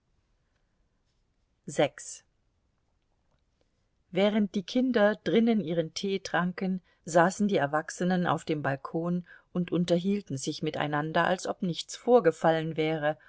während die kinder drinnen ihren tee tranken saßen die erwachsenen auf dem balkon und unterhielten sich miteinander als ob nichts vorgefallen wäre